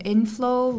Inflow